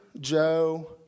Joe